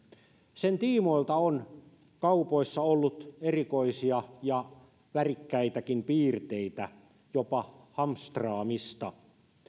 sen tiimoilta on kaupoissa ollut erikoisia ja värikkäitäkin piirteitä jopa hamstraamista